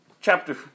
chapter